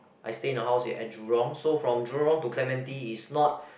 I stay in the house at Jurong so from Jurong to Clementi is not